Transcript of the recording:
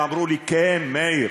הן אמרו לי: כן, מאיר.